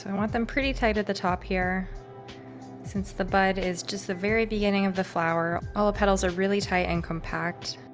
and want them pretty tight at the top here since the bud is just the very beginning of the flower, all the petals are really tight and compact